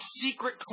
secret